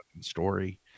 story